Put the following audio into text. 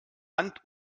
hand